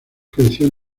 creció